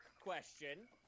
question